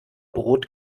brot